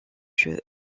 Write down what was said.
jeux